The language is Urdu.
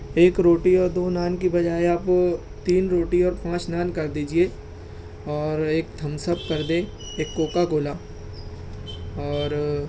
ایک روٹی اور دو نان کی بجائے آپ تین روٹی اور پانچ نان کر دیجئے اور ایک تھمسپ کر دیں ایک کوکا کولا اور